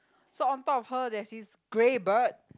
so on top of her there's this grey bird